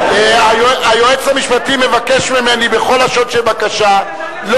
היועץ המשפטי מבקש ממני בכל לשון של בקשה שלא